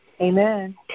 Amen